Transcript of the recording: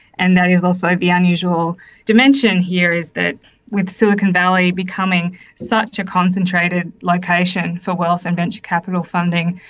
and that is also the unusual dimension here, is that with silicon valley becoming such a concentrated location for wealth and venture capital funding,